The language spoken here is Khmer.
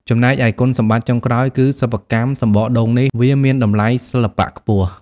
ចំណែកឯគុណសម្បត្តិចុងក្រោយគឺ សិប្បកម្មសំបកដូងនេះ វាមានតម្លៃសិល្បៈខ្ពស់។